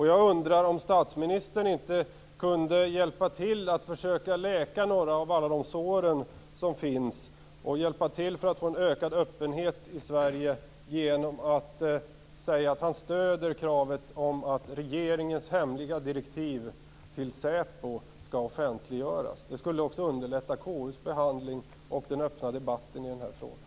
Jag undrar som statsministern inte kunde hjälpa till att försöka läka några av alla de sår som finns och försöka få en ökad öppenhet i Sverige genom att säga att han stöder kravet på att regeringens hemliga direktiv till SÄPO skall offentliggöras. Det skulle också underlätta KU:s behandling och den öppna debatten i den här frågan.